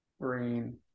green